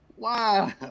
Wow